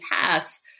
Pass